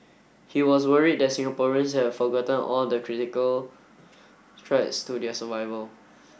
he was worried that Singaporeans have forgotten all the critical threats to their survival